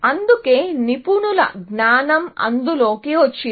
అందుకే నిపుణుల జ్ఞానం అందులోకి వచ్చింది